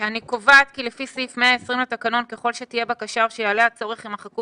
אני קובעת כי לפי סעיף 120 לתקנון ככל שתהיה בקשה או שיעלה הצורך יימחקו